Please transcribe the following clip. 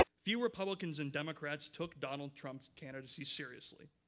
few republicans and democrats took donald trump's candidacy seriously.